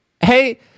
Hey